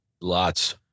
Lots